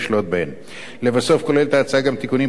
לבסוף כוללת ההצעה גם תיקונים פרוצדורליים וניסוחיים.